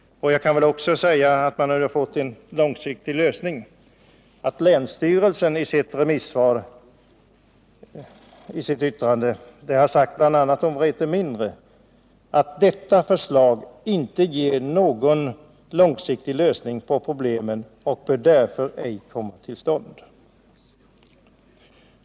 Jag vill med anledning av påståendet att det gäller en långsiktig lösning framhålla att länsstyrelsen i sitt yttrande om Vreten mindre bl.a. sagt att detta alternativ inte ger någon långsiktig lösning på problemen och därför inte bör genomföras.